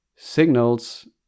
signals